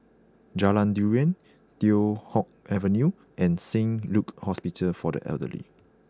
Jalan Durian Teow Hock Avenue and Saint Luke's Hospital for the Elderly